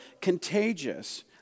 contagious